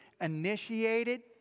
initiated